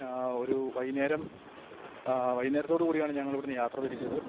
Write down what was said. ഒരു വൈകുന്നേരം വൈകുന്നേരത്തോടുകൂടിയാണ് ഞങ്ങളിവിടുന്ന് യാത്ര തിരിച്ചത്